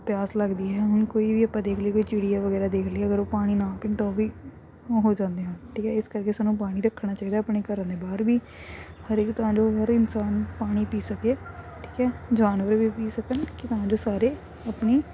ਪਿਆਸ ਲੱਗਦੀ ਹੈ ਹੁਣ ਕੋਈ ਵੀ ਆਪਾਂ ਦੇਖ ਲਈਏ ਕੋਈ ਚਿੜੀਆ ਵਗੈਰਾ ਦੇਖ ਲਈਏ ਅਗਰ ਉਹ ਪਾਣੀ ਨਾ ਪੀਣ ਤਾਂ ਉਹ ਵੀ ਉਹ ਹੋ ਜਾਂਦੇ ਹਨ ਠੀਕ ਹੈ ਇਸ ਕਰਕੇ ਸਾਨੂੰ ਪਾਣੀ ਰੱਖਣਾ ਚਾਹੀਦਾ ਆਪਣੇ ਘਰਾਂ ਦੇ ਬਾਹਰ ਵੀ ਹਰ ਇੱਕ ਤਰ੍ਹਾਂ ਜੋ ਹਰ ਇਨਸਾਨ ਪਾਣੀ ਪੀ ਸਕੇ ਠੀਕ ਹੈ ਜਾਨਵਰ ਵੀ ਪੀ ਸਕਣ ਕਿ ਤਾਂ ਜੋ ਸਾਰੇ ਆਪਣੀ